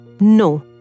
No